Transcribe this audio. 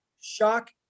shock